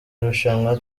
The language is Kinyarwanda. irushanwa